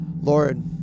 Lord